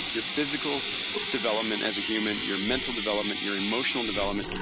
your physical development as a human, your mental development, your emotional development,